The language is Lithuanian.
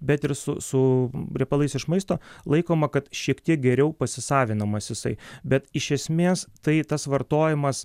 bet ir su su riebalais iš maisto laikoma kad šiek tiek geriau pasisavinamas jisai bet iš esmės tai tas vartojimas